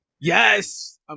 Yes